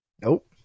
Nope